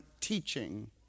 teaching